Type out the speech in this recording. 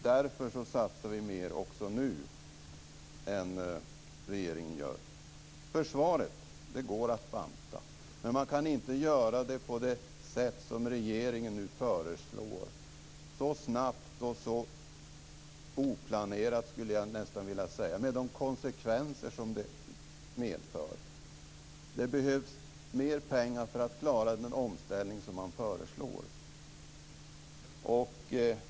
Därför satsar vi också nu mer än regeringen gör. Försvaret går att banta. Men man kan inte göra det på det sätt som regeringen nu föreslår, så snabbt och så oplanerat, skulle jag nästan vilja säga, med de konsekvenser som det medför. Det behövs mer pengar för att klara den omställning som man föreslår.